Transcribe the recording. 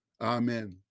Amen